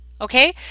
Okay